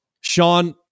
Sean